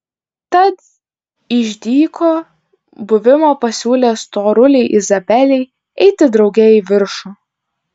tad iš dyko buvimo pasiūlė storulei izabelei eiti drauge į viršų